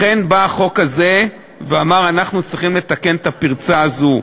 לכן בא החוק הזה ואמר: אנחנו צריכים לתקן את הפרצה הזו.